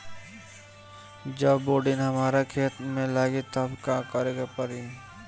जब बोडिन हमारा खेत मे लागी तब का करे परी?